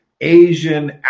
Asian